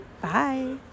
Bye